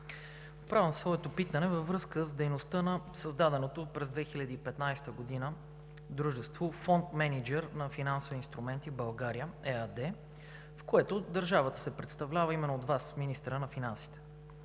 отправям своето питане във връзка с дейността на създаденото през 2015 г. дружество „Фонд мениджър на финансови инструменти в България“ ЕАД, в което държавата се представлява именно от Вас – министъра на финансите.